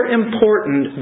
important